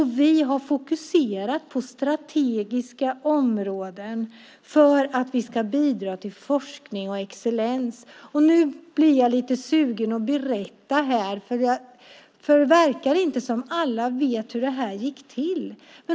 Vi har fokuserat på strategiska områden för att vi ska bidra till forskning och excellens. Nu blir jag sugen på att berätta, eftersom det verkar som om inte alla vet hur detta gick till.